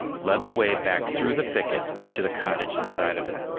led the way back through the thicket to the cottage inside of it.